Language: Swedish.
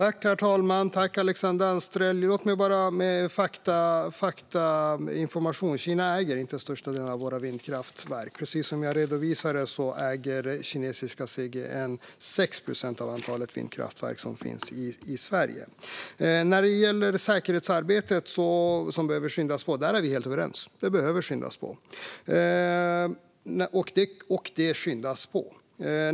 Herr talman! Låt mig ge faktainformation. Kina äger inte största delen av våra vindkraftverk. Precis som jag redovisade äger kinesiska CGN 6 procent av antalet vindkraftverk som finns i Sverige. När det gäller säkerhetsarbetet, som behöver skyndas på, är vi helt överens. Det behövs, och det skyndas på.